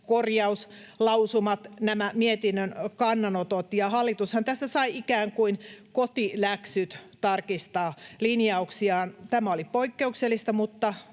korjauslausumat, nämä mietinnön kannanotot, ja hallitushan tässä sai ikään kuin kotiläksyksi tarkistaa linjauksiaan. Tämä oli poikkeuksellista mutta